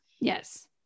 Yes